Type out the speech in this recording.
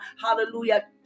hallelujah